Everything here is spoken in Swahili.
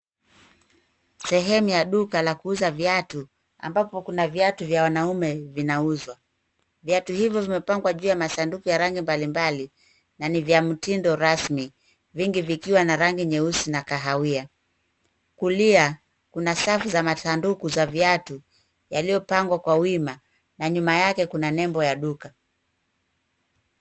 Sehemu ya duka la kuuza viatu, ambako kuna viatu vya wanaume vinauzwa. Viatu hivi vimepangwa juu ya masanduku ya rangi mbalimbali, na ni vya mitindo rasmi vyenye rangi nyeusi na kahawia. Kulia, kuna safu za masanduku ya viatu yaliyopangwa kwa wima, na juu yake kuna nembo ya duka.